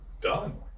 done